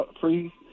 free